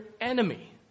enemy